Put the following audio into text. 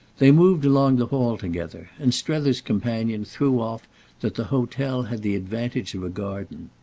they moved along the hall together, and strether's companion threw off that the hotel had the advantage of a garden.